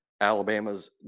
Alabama's